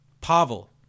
Pavel